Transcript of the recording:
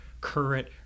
current